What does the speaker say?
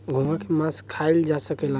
घोंघा के मास खाइल जा सकेला